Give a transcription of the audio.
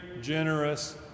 generous